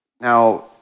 now